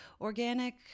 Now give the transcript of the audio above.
organic